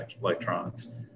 electrons